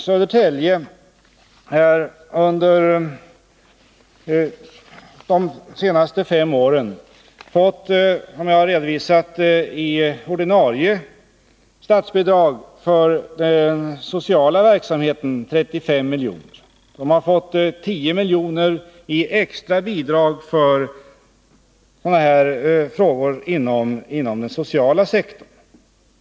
Södertälje har under de senaste fem åren fått — som jag har redovisat — 35 milj.kr. i ordinarie statsbidrag för den sociala verksamheten. Kommunen har fått 10 milj.kr. i extra bidrag för sådana här frågor inom den sociala sektorn.